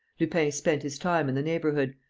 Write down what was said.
lupin spent his time in the neighbourhood,